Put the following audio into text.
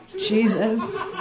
Jesus